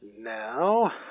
Now